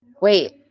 Wait